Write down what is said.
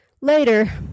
Later